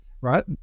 right